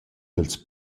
dals